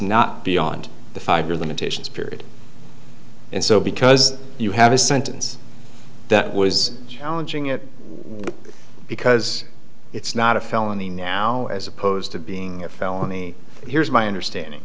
not beyond the five year limitations period and so because you have a sentence that was challenging it because it's not a felony now as opposed to being a felony here's my understanding